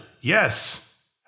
yes